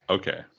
Okay